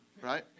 right